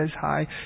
hi